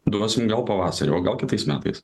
duosim gal pavasarį o gal kitais metais